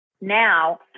now